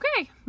okay